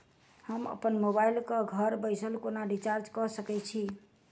हम अप्पन मोबाइल कऽ घर बैसल कोना रिचार्ज कऽ सकय छी?